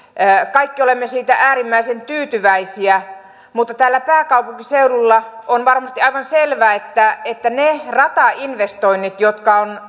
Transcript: kaikki olemme siitä äärimmäisen tyytyväisiä mutta täällä pääkaupunkiseudulla on varmasti aivan selvää että että ne ratainvestoinnit jotka on